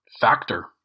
factor